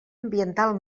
ambiental